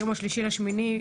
היום ה-3.8,